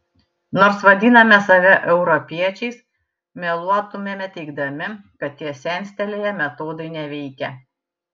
nors vadiname save europiečiais meluotumėme teigdami kad tie senstelėję metodai neveikia